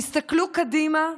שהסתכלו קדימה,